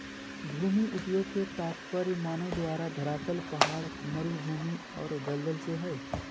भूमि उपयोग के तात्पर्य मानव द्वारा धरातल पहाड़, मरू भूमि और दलदल से हइ